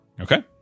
okay